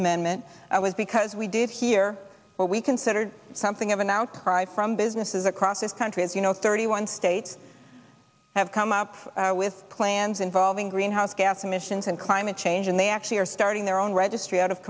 amendment was because we did hear well we considered something of an outcry from businesses across this country as you know thirty one states have come up with plans involving greenhouse gas emissions and climate change and they actually are starting their own registry out of